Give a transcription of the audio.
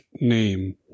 name